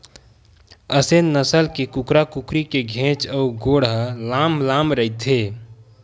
असेल नसल के कुकरा कुकरी के घेंच अउ गोड़ ह लांम लांम रहिथे